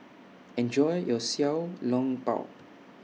Enjoy your Xiao Long Bao